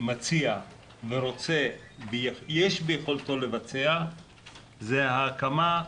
מציע ורוצה ויש ביכולתו לבצע זה ההקמה,